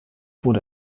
wurde